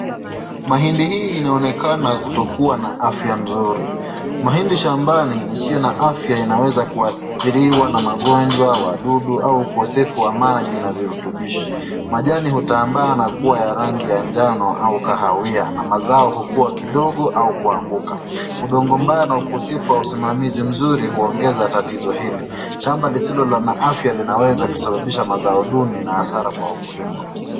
Mahindi hii inaonekana kutokuwa na afya mzuri mahindi shambani isiyo na afya inaweza kuadhiriwa na magonjwa wadudu au ukosefu wa maji na virutubishi. Majani hutambaa na kuwa rangi ya njano au kahawia na mazao huwa kidogo au kuanguka udongo mbaya na ukosefu wa usimamizi mzuri huongeza tatizo hili. Shamba lisilo na afya linaweza kusababisha mazao duni na hasara kwa wakulima.